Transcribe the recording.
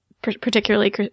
Particularly